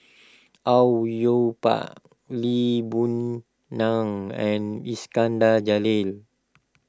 Au Yue Pak Lee Boon Ngan and Iskandar Jalil